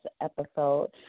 episode